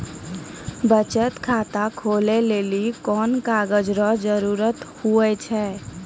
बचत खाता खोलै लेली कोन कागज रो जरुरत हुवै छै?